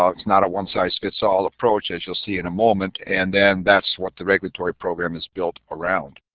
ah it's not a one-size-fits-all approach as you'll see in a moment, and then that's what the regulatory program is built around.